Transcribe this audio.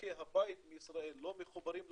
ממשקי הבית לא מחוברים לחשמל,